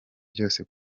byose